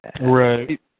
Right